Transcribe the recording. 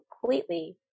completely